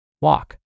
Walk